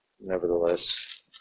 nevertheless